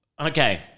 Okay